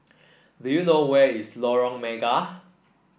do you know where is Lorong Mega